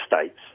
States